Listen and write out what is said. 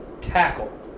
tackle